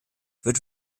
wird